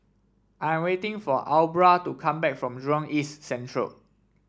I'm waiting for Aubra to come back from Jurong East Central